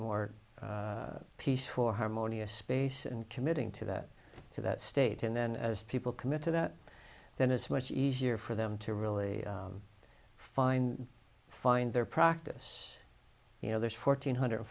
more peaceful harmonious space and committing to that to that state and then as people commit to that then it's much easier for them to really find find their practice you know there's fourteen hundred